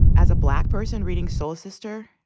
as a black person reading soul sister,